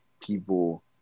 people